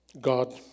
God